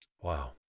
Wow